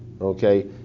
okay